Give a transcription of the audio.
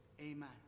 Amen